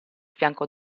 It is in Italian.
fianco